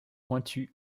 pointue